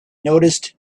noticed